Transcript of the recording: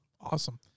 awesome